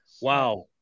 Wow